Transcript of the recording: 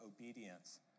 obedience